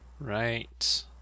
Right